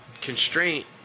constraint